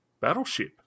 battleship